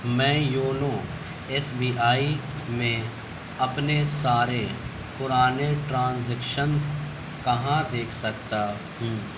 میں YONO S B I میں اپنے سارے پرانے ٹرانزیکشنز کہاں دیکھ سکتا ہوں